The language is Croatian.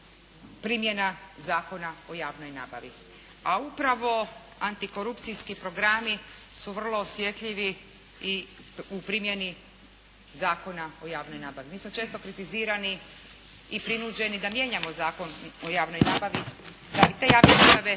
primjena Zakona o javnoj nabavi. A upravo antikorupcijski programi su vrlo osjetljivi u primjeni Zakona o javnoj nabavi. Mi smo često kritizirani i prinuđeni da mijenjamo Zakon o javnoj nabavi da bi te javne nabave